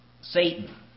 Satan